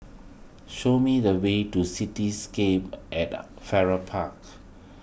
show me the way to Cityscape at Farrer Park